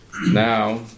now